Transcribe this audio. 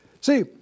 See